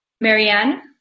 Marianne